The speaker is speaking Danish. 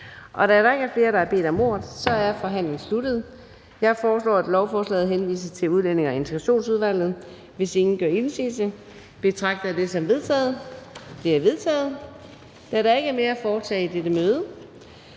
Da der ikke er flere, der har bedt om ordet, er forhandlingen sluttet. Jeg foreslår, at lovforslaget henvises til Udlændinge- og Integrationsudvalget. Hvis ingen gør indsigelse, betragter jeg det som vedtaget. Det er vedtaget. --- Kl. 14:33 Meddelelser fra formanden